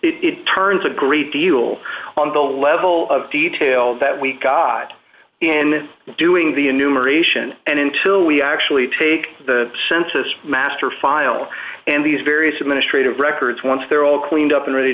it turns a great deal on the level of detail that we've got in doing the enumeration and until we actually take the census master file and these various administrative records once they're all cleaned up and ready